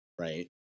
right